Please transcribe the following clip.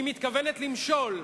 היא מתכוונת למשול.